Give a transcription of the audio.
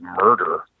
murder